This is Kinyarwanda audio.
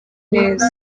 neza